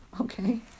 Okay